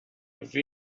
will